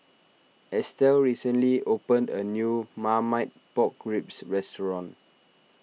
Estel recently opened a new Marmite Pork Ribs Restaurant